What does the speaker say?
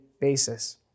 basis